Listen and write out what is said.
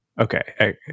Okay